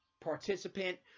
participant